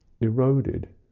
eroded